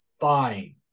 fine